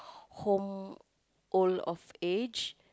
home old of age